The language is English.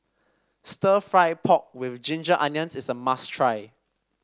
stir fry pork with Ginger Onions is a must try